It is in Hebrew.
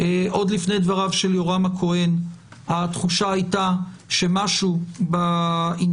עוד לפני דבריו של יורם הכהן התחושה הייתה שמשהו באינטראקציה